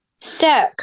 Sick